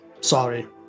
sorry